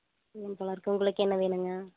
பூவம் பழம் இருக்குது உங்களுக்கு என்ன வேணுங்க